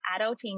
Adulting